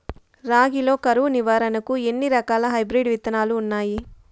రాగి లో కరువు నివారణకు ఎన్ని రకాల హైబ్రిడ్ విత్తనాలు ఉన్నాయి